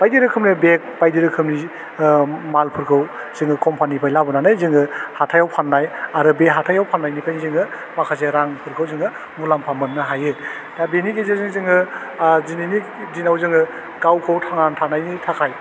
बायदि रोखोमनि बेग बायदि रोखोमनि ओह मालफोरखौ जोङो कम्पानिफाइ लाबोनानै जोङो हाथाइयाव फान्नाय आरो बे हाथाइयाव फान्नायनिफ्राइनो जोङो माखासे रांफोरखौ जोङो मुलाम्फा मोननो हायो दा बिनि गेजेरजों जोङो आह दिनैनि दिनाव जोङो गावखौ थांना थानायनि थाखाय